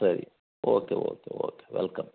ಸರಿ okay okay okay welcome